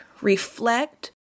reflect